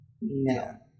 No